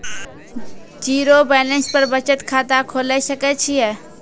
Zero balance पर बचत खाता खोले सकय छियै?